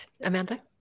Amanda